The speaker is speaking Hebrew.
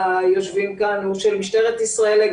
ליושבים כאן הם לגמרי של משטרת ישראל.